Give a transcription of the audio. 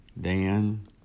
Dan